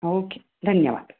okay धन्यवाद